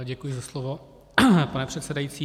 Děkuji za slovo, pane předsedající.